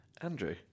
Andrew